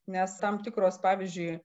nes tam tikros pavyzdžiui